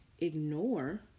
ignore